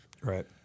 Right